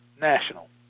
national